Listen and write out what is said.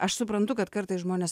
aš suprantu kad kartais žmonės